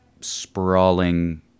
sprawling